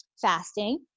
fasting